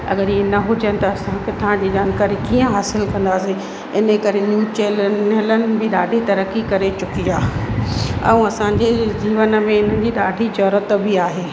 अगरि इहे न हुजनि त असां किथां जी जानकारी कीअं हासिलु कंदासीं इन करे न्यूज चैनल बि ॾाढी तरक़ी करे चुकी आहे ऐं असांजे जीवन में इन जी ॾाढी ज़रूरत बि आहे